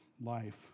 life